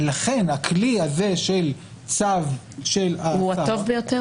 לכן הכלי הזה של צו הוא הטוב ביותר.